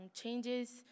changes